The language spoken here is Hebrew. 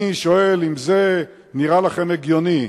אני שואל אם זה נראה לכם הגיוני.